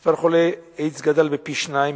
מספר חולי איידס גדל פי-שניים,